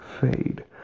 fade